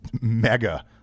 mega